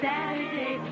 Saturday